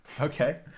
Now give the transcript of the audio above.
Okay